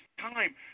time